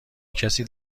کسی